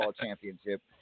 Championship